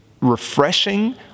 refreshing